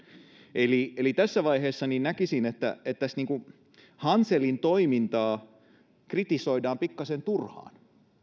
eli eli tässä vaiheessa näkisin että että tässä hanselin toimintaa kritisoidaan pikkasen turhaan